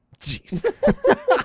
Jeez